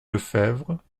lefebvre